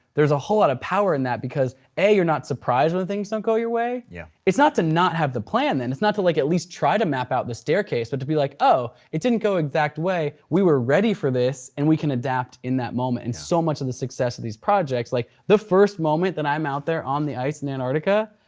there's a whole lot of power in that because a, you're not surprised when things don't go your way. yeah it's not to not have the plan then. it's not to like at least try to map out the staircase, but to be like oh, it didn't go exact way. we were ready for this and we can adapt in that moment. and so much of the success of these projects, like the first moment that i'm out there on the ice in antarctica,